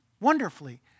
wonderfully